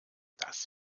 das